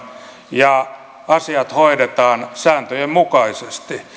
ja asiat hoidetaan sääntöjen mukaisesti